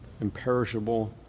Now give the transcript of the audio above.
imperishable